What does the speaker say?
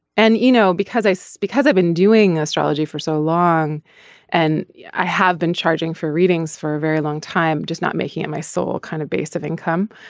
and you know because i. so because i've been doing astrology for so long and i have been charging for readings for a very long time just not making it my soul kind of basic income.